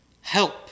help